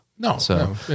No